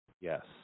Yes